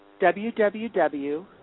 www